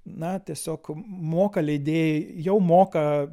na tiesiog moka leidėjai jau moka